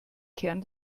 kern